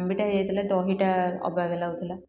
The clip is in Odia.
ଆମ୍ବିଳା ହେଇଯାଇଥିଲା ଦହିଟା ଅବାଗିଆ ଲାଗୁଥିଲା